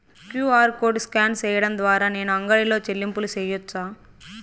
QR code scan సేయడం ద్వారా నేను అంగడి లో చెల్లింపులు సేయొచ్చా?